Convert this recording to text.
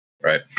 Right